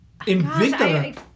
Invicta